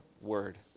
word